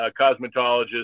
Cosmetologist